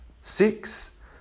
six